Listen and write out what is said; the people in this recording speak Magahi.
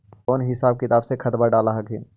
कौन हिसाब किताब से खदबा डाल हखिन?